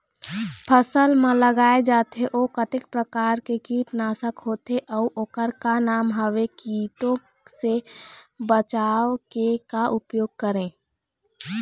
फसल म लगाए जाथे ओ कतेक प्रकार के कीट नासक होथे अउ ओकर का नाम हवे? कीटों से बचाव के का उपाय करें?